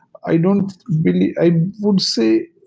i don't really i would say,